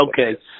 Okay